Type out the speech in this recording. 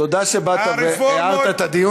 תודה שבאת והערת את הדיון.